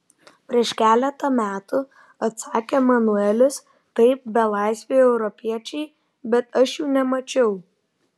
prieš keletą metų atsakė manuelis taip belaisviai europiečiai bet aš jų nemačiau